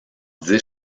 dix